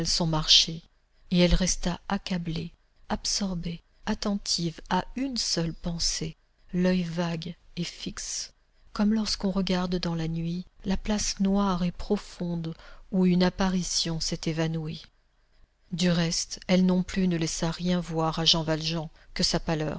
son marché et elle resta accablée absorbée attentive à une seule pensée l'oeil vague et fixe comme lorsqu'on regarde dans la nuit la place noire et profonde où une apparition s'est évanouie du reste elle non plus ne laissa rien voir à jean valjean que sa pâleur